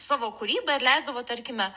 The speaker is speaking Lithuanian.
savo kūrybą ir leisdavo tarkime